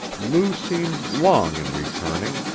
lou seemed long in returning,